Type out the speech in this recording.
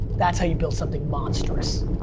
that's how you build something monstrous.